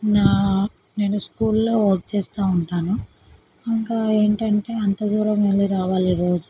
నా నేను స్కూల్లో వర్క్ చేస్తూ ఉంటాను ఇంకా ఏంటంటే అంత దూరం వెళ్ళి రావాలి రోజూ